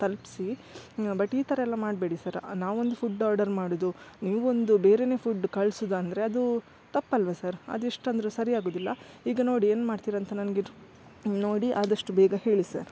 ತಲ್ಪಿಸಿ but ಈ ಥರ ಎಲ್ಲ ಮಾಡಬೇಡಿ ಸರ್ ನಾವೊಂದು ಫುಡ್ ಆರ್ಡರ್ ಮಾಡೋದು ನೀವೊಂದು ಬೇರೆ ಫುಡ್ ಕಳ್ಸೋದಂದ್ರೆ ಅದು ತಪ್ಪಲ್ಲವಾ ಸರ್ ಅದೆಷ್ಟಂದರು ಸರಿಯಾಗೋದಿಲ್ಲ ಈಗ ನೋಡಿ ಏನು ಮಾಡ್ತೀರಂತ ನನಗೆ ನೋಡಿ ಆದಷ್ಟು ಬೇಗ ಹೇಳಿ ಸರ್